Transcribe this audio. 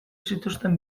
zituzten